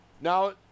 Now